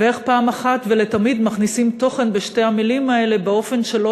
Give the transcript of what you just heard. ואיך אחת ולתמיד מכניסים תוכן בשתי המילים האלה באופן שלא